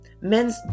Men's